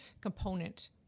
component